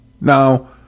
Now